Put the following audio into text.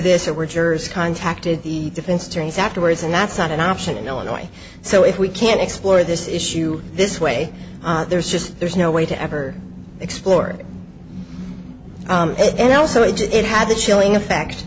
this or were jurors contacted the defense attorneys afterwards and that's not an option in illinois so if we can explore this issue this way there's just there's no way to ever explore it and also it did it had a chilling effect